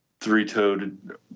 Three-toed